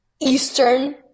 Eastern